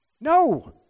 No